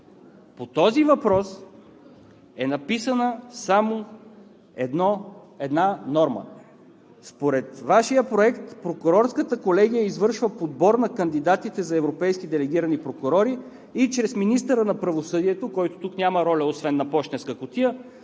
По този въпрос е написана само една норма. Според Вашия проект Прокурорската колегия извършва подбор на кандидатите за европейски делегирани прокурори и чрез министъра на правосъдието, който тук няма роля, освен на пощенска кутия,